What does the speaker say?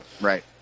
Right